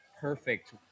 perfect